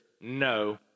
no